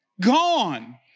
gone